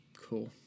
cool